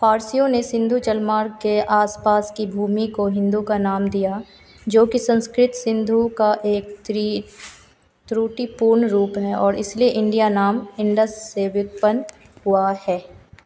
फारसियों ने सिंधु जलमार्ग के आसपास की भूमि को हिंदू का नाम दिया जो कि संस्कृत सिंधु का एक त्रि त्रुटिपूर्ण रूप है और इसलिए इंडिया नाम इंडस से विप्पन हुआ है